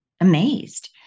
amazed